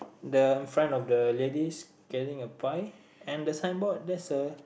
the front of the ladies getting a pie and the signboard there's a